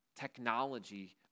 technology